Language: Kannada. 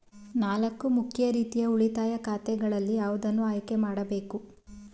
ನಾಲ್ಕು ಮುಖ್ಯ ರೀತಿಯ ಉಳಿತಾಯ ಖಾತೆಗಳಲ್ಲಿ ಯಾವುದನ್ನು ಆಯ್ಕೆ ಮಾಡಬೇಕು?